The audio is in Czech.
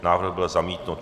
Návrh byl zamítnut.